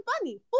funny